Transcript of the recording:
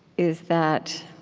is that